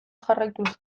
jarraituz